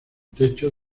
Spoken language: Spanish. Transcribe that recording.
techo